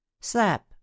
slap